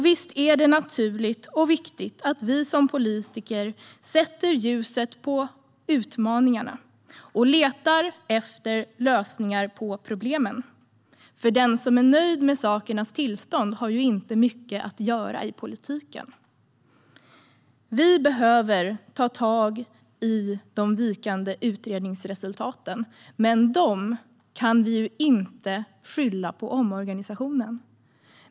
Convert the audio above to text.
Visst är det naturligt och viktigt att vi som politiker sätter ljuset på utmaningarna och letar efter lösningar på problemen. Den som är nöjd med sakernas tillstånd har inte mycket att göra i politiken. Vi behöver ta tag i de vikande utredningsresultaten, men dem kan vi inte skylla på omorganisationen.